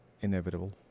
Inevitable